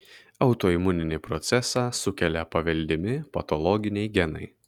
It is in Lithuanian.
autoimuninį procesą sukelia paveldimi patologiniai genai